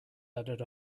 added